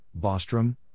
Bostrom